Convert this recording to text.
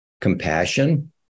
compassion